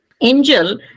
angel